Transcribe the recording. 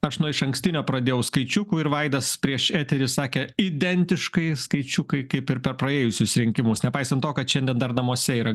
aš nuo išankstinio pradėjau skaičiukų ir vaidas prieš eterį sakė identiškai skaičiukai kaip ir per praėjusius rinkimus nepaisant to kad šiandien dar namuose yra